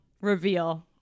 reveal